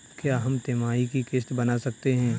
क्या हम तिमाही की किस्त बना सकते हैं?